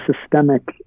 systemic